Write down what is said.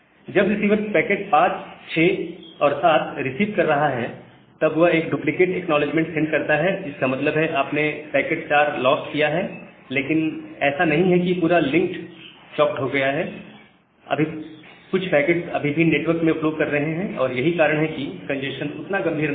जब receiver packet 56 और 7 receive कर रहा है तब वह एक डुप्लीकेट एक्नॉलेजमेंट सेंड करता है इसका मतलब यह है आपने पैकेट 4 लॉस्ट किया है लेकिन ऐसा नहीं है कि पूरा लिंक चोक्ड हो गया है कुछ पैकेट्स अभी भी नेटवर्क में फ्लो कर रहे हैं और यही कारण है कंजेस्शन उतना गंभीर नहीं है